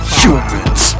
humans